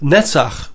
Netzach